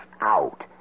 out